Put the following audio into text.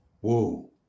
Whoa